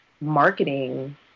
marketing